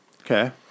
Okay